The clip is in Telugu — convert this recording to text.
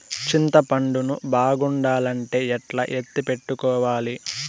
చింతపండు ను బాగుండాలంటే ఎట్లా ఎత్తిపెట్టుకోవాలి?